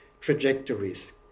trajectories